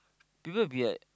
people will be like